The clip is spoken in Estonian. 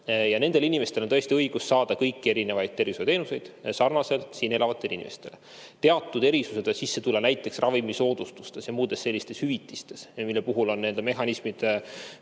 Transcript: Nendel inimestel on tõesti õigus saada kõiki tervishoiuteenuseid sarnaselt siin elavate inimestega. Teatud erisused võivad sisse tulla näiteks ravimisoodustustes ja muudes sellistes hüvitistes, mille puhul on mehhanismid